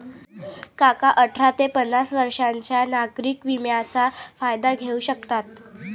काका अठरा ते पन्नास वर्षांच्या नागरिक विम्याचा फायदा घेऊ शकतात